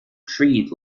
treat